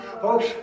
Folks